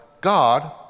God